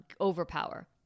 overpower